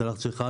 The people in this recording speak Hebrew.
את הלחץ שלך,